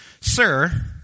Sir